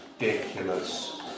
ridiculous